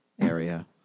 area